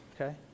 okay